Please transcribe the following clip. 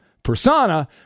Persona